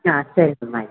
ಹಾಂ ಸರಿ ಮ್ಯಾಮ್ ಆಯಿತು